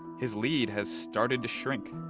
his lead has started to shrink.